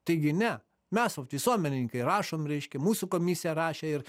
taigi ne mes visuomenininkai rašom reiškia mūsų komisija rašė ir